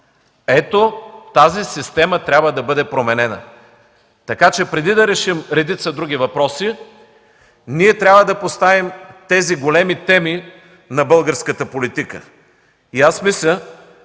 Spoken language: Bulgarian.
Ето тази система трябва да бъде променена. Така че преди да решим редица други въпроси, трябва да поставим тези големи теми на българската политика. Мисля,